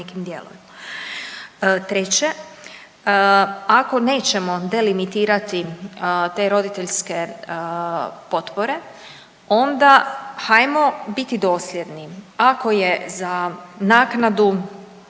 Treće, ako nećemo delimitirati te roditeljske potpore onda hajmo biti dosljedni, ako je za naknadu